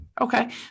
Okay